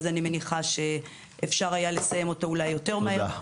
אני מניחה שאפשר היה לסיים אותו אולי יותר מהר.